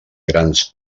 grans